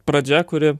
pradžia kuri